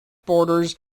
borders